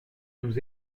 nous